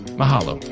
Mahalo